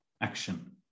action